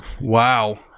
Wow